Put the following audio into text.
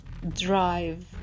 Drive